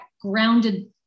grounded